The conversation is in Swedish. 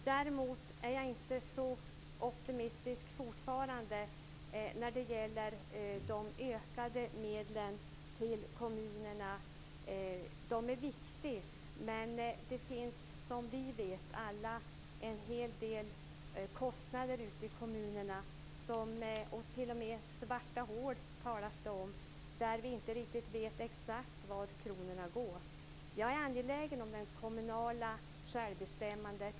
Däremot är jag fortfarande inte så optimistisk när det gäller de ökade medlen till kommunerna. De är viktiga. Men som vi alla vet finns det en hel del kostnader ute i kommunerna. Det talas t.o.m. om svarta hål där vi inte riktigt vet exakt var kronorna går. Jag är angelägen om det kommunala självbestämmandet.